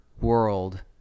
world